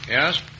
Yes